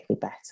better